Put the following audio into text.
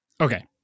Okay